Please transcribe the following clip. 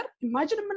imagine